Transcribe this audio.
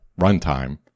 runtime